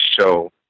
show